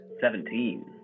Seventeen